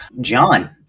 John